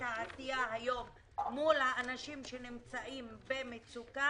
העשייה היום מול אנשים שנמצאים במצוקה.